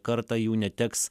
kartą jų neteks